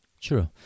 True